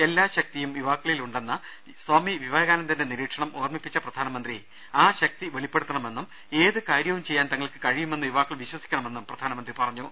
എല്ലാ ശക്തിയും യുവാ ക്കളിലുണ്ടെന്ന സ്വാമി വിവേകാനന്ദന്റെ നിരീക്ഷണം ഓർമിപ്പിച്ച പ്രധാ നമന്ത്രി ആ ശക്തി വെളിപ്പെടുത്തണമെന്നും ഏതു കാര്യവും ചെയ്യാൻ തങ്ങൾക്ക് കഴിയുമെന്ന് യുവാക്കൾ വിശ്വസിക്കണമെന്നും പ്രധാനമന്ത്രി പറഞ്ഞു